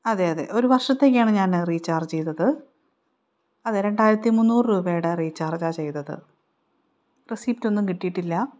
അതെ അതെ ഒരു വർഷത്തേക്കാണ് ഞാൻ റീചാർജ് ചെയ്തത് അതെ രണ്ടായിരത്തി മുന്നൂറ് രൂപയുടെ റീചാർജാ ചെയ്തത് റെസിപ്റ്റൊന്നും കിട്ടിയിട്ടില്ല